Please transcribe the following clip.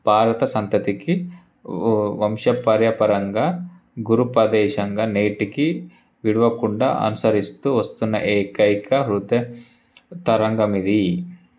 భారత సంతతికి వంశ పారపర్యంగా గురు ప్రదేశంగా నేటికి విడువకుండా అనుసరిస్తూ వస్తున్నా ఏకైక వృద్ధ యుద్ధ రంగం ఇది